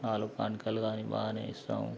కట్నాలు కానుకలు కానీ బాగానే ఇస్తాము